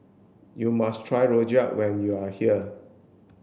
you must try rojak when you are here